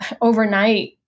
overnight